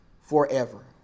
forever